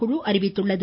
குழு அறிவித்துள்ளது